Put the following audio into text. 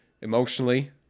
emotionally